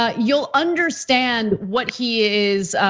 ah you'll understand what he is,